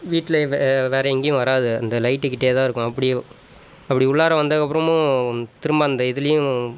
வீட்டில் வேறு எங்கேயும் வராது அந்த லைட் கிட்டேயேதான் இருக்கும் அப்படியும் அப்படி உள்ளார வந்ததுக்கப்புறமும் திரும்ப அந்த இதிலயும்